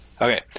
okay